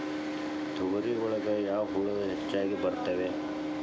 ತೊಗರಿ ಒಳಗ ಯಾವ ಹುಳ ಹೆಚ್ಚಾಗಿ ಬರ್ತವೆ?